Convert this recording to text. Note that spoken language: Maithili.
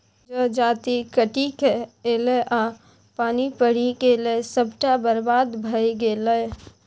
जजाति कटिकए ऐलै आ पानि पड़ि गेलै सभटा बरबाद भए गेलै